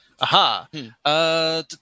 Aha